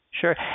sure